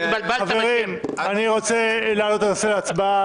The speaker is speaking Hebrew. חברים, אני רוצה להעלות את הרביזיה להצבעה,